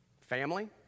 Family